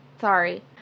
Sorry